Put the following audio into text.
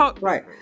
Right